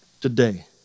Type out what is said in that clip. today